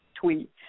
tweet